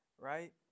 right